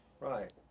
Right